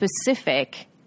specific